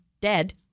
dead